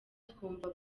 twumva